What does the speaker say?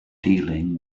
dealing